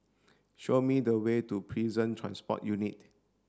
show me the way to Prison Transport Unit